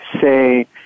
say